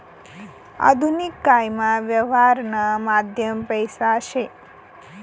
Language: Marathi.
आधुनिक कायमा यवहारनं माध्यम पैसा शे